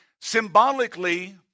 Symbolically